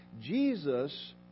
Jesus